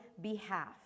behalf